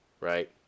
Right